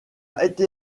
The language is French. été